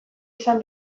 izan